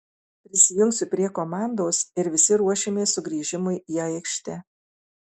prisijungsiu prie komandos ir visi ruošimės sugrįžimui į aikštę